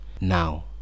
now